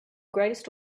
greatest